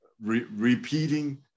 repeating